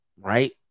right